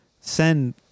send